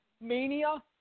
mania